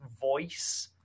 voice